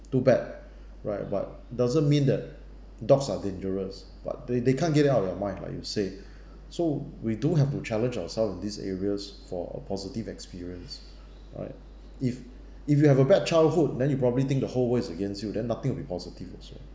too bad right but doesn't mean that dogs are dangerous but they they can't get out of your mind like you say so we do have to challenge ourself in these areas for positive experience right if if you have a bad childhood then you probably think the whole world is against you then nothing will be positive as well